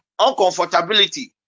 uncomfortability